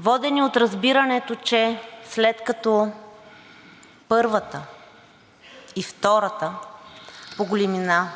водени от разбирането, че след като първата и втората по големина